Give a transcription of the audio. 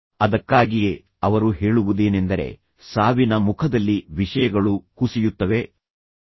ಅದಕ್ಕಾಗಿಯೇ ಅವರು ಹೇಳುವುದೇನೆಂದರೆ ಸಾವಿನ ಮುಖದಲ್ಲಿ ವಿಷಯಗಳು ಕುಸಿಯುತ್ತವೆ ಮತ್ತು ನಿಜವಾಗಿಯೂ ಮುಖ್ಯವಾದದ್ದನ್ನು ಮಾತ್ರ ಬಿಟ್ಟುಬಿಡುತ್ತವೆ